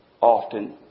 often